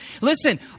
Listen